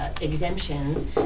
exemptions